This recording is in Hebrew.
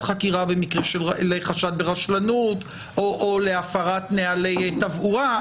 חקירה לחשד ברשלנות או להפרת נהלי תברואה?